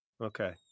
Okay